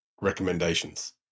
recommendations